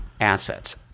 assets